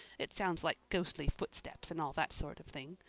it sounds like ghostly footsteps and all that sort of thing.